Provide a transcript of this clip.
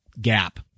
gap